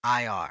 IR